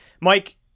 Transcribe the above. Mike